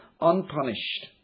unpunished